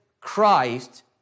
Christ